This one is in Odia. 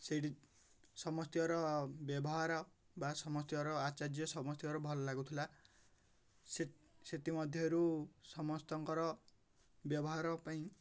ସେଇଠି ସମସ୍ତିଙ୍କର ବ୍ୟବହାର ବା ସମସ୍ତିଙ୍କର ଆଚାର୍ଯ୍ୟ ସମସ୍ତିଙ୍କର ଭଲ ଲାଗୁଥିଲା ସେ ସେଥିମଧ୍ୟରୁ ସମସ୍ତିଙ୍କର ବ୍ୟବହାର ପାଇଁ